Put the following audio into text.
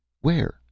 Where